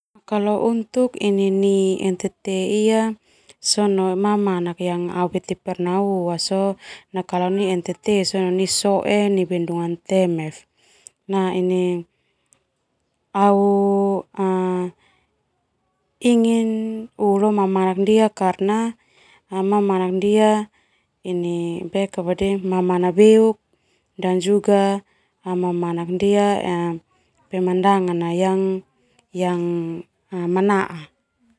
Nai NNT ia mamanak yang au tabeti pernah neu ndia sona nai so'e no nai Bendungan Temef au ingin neu londia karna mamanak ndia mamanak beuk dan juga mamanak ndia pemandangan yang manaa.